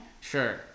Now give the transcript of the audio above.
Sure